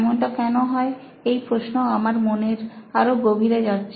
এমনটা কেন হয় এই প্রশ্ন আমার মনের আরও গভীরে যাচ্ছে